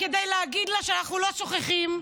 כדי להגיד לה שאנחנו לא שוכחים.